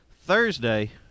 Thursday